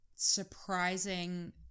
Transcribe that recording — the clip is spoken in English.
surprising